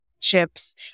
chips